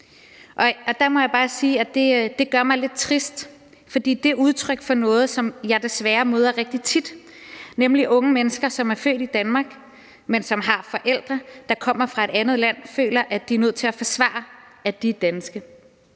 Der må jeg bare sige, at det gør mig lidt trist, for det er udtryk for noget, som jeg desværre møder rigtig tit, nemlig at unge mennesker, som er født i Danmark, men som har forældre, der kommer fra et andet land, føler, at de er nødt til at forsvare, at de er danske.